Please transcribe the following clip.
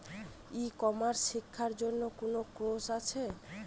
E commerce শেক্ষার জন্য কোন কোর্স আছে?